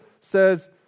says